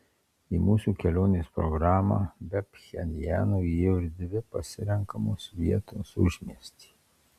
į mūsų kelionės programą be pchenjano įėjo ir dvi pasirenkamos vietos užmiestyje